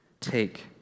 Take